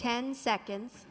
ten seconds